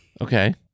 Okay